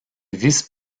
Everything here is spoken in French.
vice